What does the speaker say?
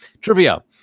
trivia